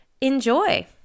enjoy